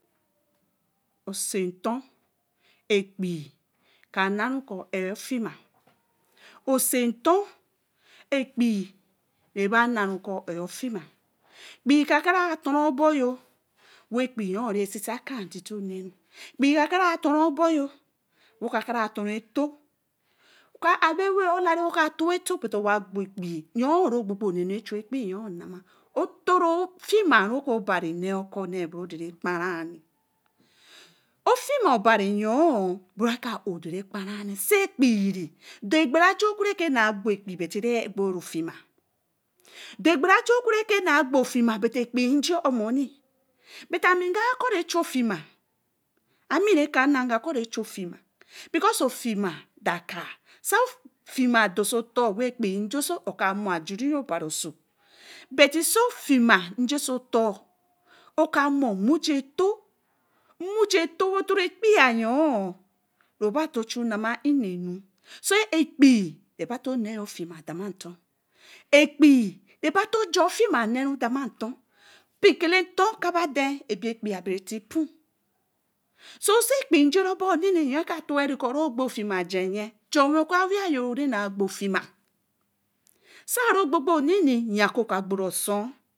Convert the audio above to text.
Osa-ator ɛkpii ka na kɔ ɛn-ofima ose-ntor ɛkpii ri-ba-na kɔ ɛn ofima ɛkpii ka-kara tor-rubor-yor we yoni ri sisi aka ntito ne-ul. ɛkpii ka-kara torubo-yor we kakara tor. ɛtoo oka ɛbo ɛwee woka toyato but owa gbo ɛkpii oheyor ri gbogbo nenu ri chuu ɛkpii nama otoro ofima ri obari ne kɔ ne be oru tori gbara ofima bari-yor be ra-oh tori ɛkpara saa ɛkpii. Dor gbarajo oku na gbo ɛkpii but re gbogbo ofeme dor gbarah ajo oka rike na gbo ofima but ɛkpii nja-omo-oh but ami nga kɔ ri chu ofima, ami rikana nga kɔ re-chu ofima because ofima dorkaah saa ofima dorse otor wa ɛkpii njiso oka amo ajuri obari so but ɛkpii dorse otor we ajuu njii ah oka mo nmoji eto. Nmigitu we tori ɛkpii riba-to chu na nnenu so ɛkpii ri baba-to ne ofima demator ɛkpii riba to ga ofima nee demantor be kele-nto kaba ade ebie ɛkpii abre tie-pu so saa ɛkpie nja bo nene yo ka tokuri kɔ ru gbo ofima aje nyi cheuwel oku aweya re na gbo ofima saa anoh rogborogbo neene ya kɔ ka gbora osu.